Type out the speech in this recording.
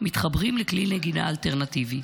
מתחברים לכלי נגינה אלטרנטיבי.